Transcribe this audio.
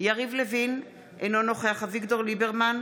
יריב לוין, אינו נוכח אביגדור ליברמן,